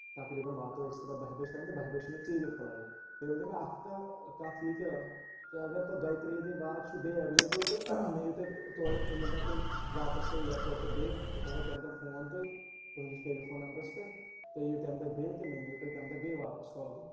تقریٖبن واتو أسۍ تہِ پَتہٕ بَہہِ بَجہِ تانۍ تہٕ بَہِہ بَجہِ چھِ مےٚ ژیٖری فٕلایٹ بیٚیہِ ؤنۍ تو مےٚ اَکھ کَہ کَتھ یہِ تہِ کہ اگر دۄیہِ ترٛیٚیہِ دُہۍ باد چھُ بیٚیہِ اٮ۪ویلیبٕل تہٕ مےٚ یِیو تورٕ یِتھ أنیوٗ مےٚ تیٚلہِ واپَس تُہۍ اِیَرپوٹ پٮ۪تھ بیٚیہِ بہٕ کَرو تَمہِ دۄہ فون تۄہہِ تُہِنٛدِس ٹیلی فون نمبرَس پٮ۪ٹھ تُہۍ یِیوٗ تَمہِ دۄہ بیٚیہِ تہٕ مےٚ نِیوٗ تُہۍ تَمہِ دۄہ بیٚیہِ واپَس کۄلگوم